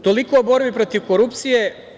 Toliko o borbi protiv korupcije.